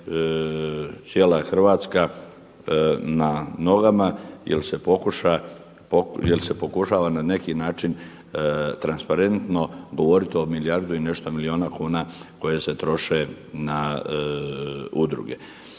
cijela Hrvatska na nogama jel se pokušava na neki način transparentno govoriti o milijardu i nešto milijuna kuna koje se troše na udruge.